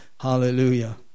Hallelujah